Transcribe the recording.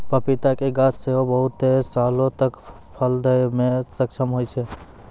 पपीता के गाछ सेहो बहुते सालो तक फल दै मे सक्षम होय छै